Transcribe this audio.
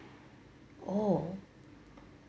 oh